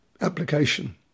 application